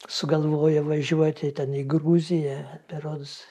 sugalvoję važiuoti ten į gruziją berods